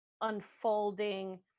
unfolding